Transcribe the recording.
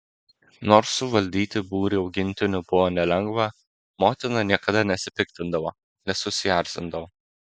nors suvaldyti būrį augintinių buvo nelengva motina niekada nesipiktindavo nesusierzindavo